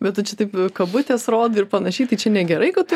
bet tu čia taip kabutes rodai ir panašiai tai čia negerai kad tu